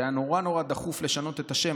שהיה נורא נורא דחוף לשנות את השם.